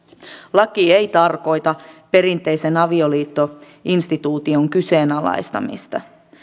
laki ei tarkoita perinteisen avioliittoinstituution kyseenalaistamista